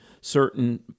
certain